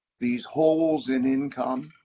these holes in income,